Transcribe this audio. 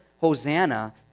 Hosanna